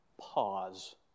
pause